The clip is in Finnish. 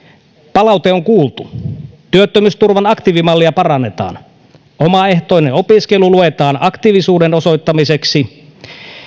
palaute on kuultu työttömyysturvan aktiivimallia parannetaan omaehtoinen opiskelu luetaan aktiivisuuden osoittamiseksi